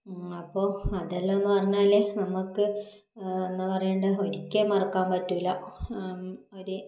അപ്പോൾ അതെല്ലാമെന്ന് പറഞ്ഞാൽ നമുക്ക് എന്താണ് പറയേണ്ടത് ഒരിക്കൽ മറക്കാൻ പറ്റില്ല ഒരു